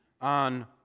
on